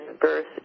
birth